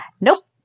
Nope